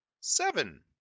Seven